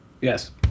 Yes